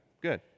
good